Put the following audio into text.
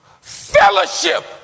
fellowship